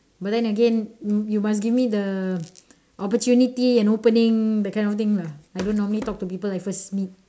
but then again you must give me the opportunity and opening that kind of thing lah I don't normally talk to people I first meet